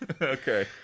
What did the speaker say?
Okay